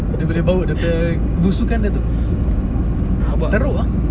dia boleh bau dia punya busukan dia tu teruk ah